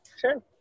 Sure